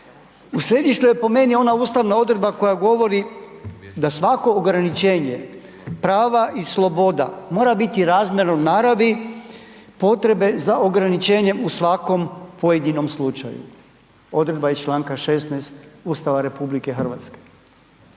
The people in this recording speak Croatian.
U središtu je po meni ona ustavna odredba koja govori da svako ograničenje prava i sloboda mora biti razmjerno naravi potrebe za ograničenjem u svakom pojedinom slučaju, odredba iz čl. 16. Ustava RH. I sjećam se